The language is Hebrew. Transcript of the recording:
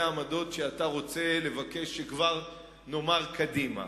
העמדות שאתה רוצה לבקש שכבר נאמר קדימה.